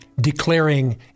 declaring